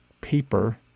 paper